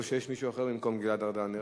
או שיש מישהו אחר במקום גלעד ארדן?